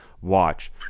Watch